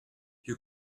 you